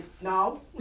no